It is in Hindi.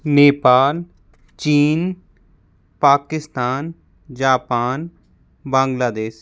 नेपाल चीन पाकिस्तान जापान बांग्लादेश